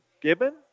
Gibbon